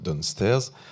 downstairs